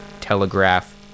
telegraph